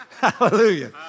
Hallelujah